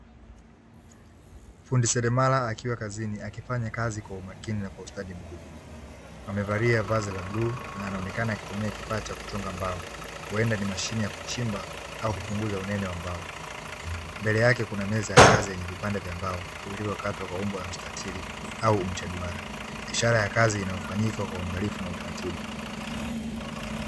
Fundi seremala akiwa kazini akifanya kazi kwa umakini na kwa ustadi mkubwa, amevalia vazi la bluu na anaonekana akitumia kifaa cha kuchonga mbao, huenda ni mashine ya kuchimba au kupunguza unene wa mbao, mbele yake kuna meza ya kazi yenye vipande vya mbao, vilivyo katwa kwa umbo la mstatili au mche duara, ishara ya kazi inayofanyika kwa uangalifu na utaratibu.